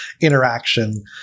interaction